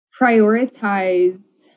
prioritize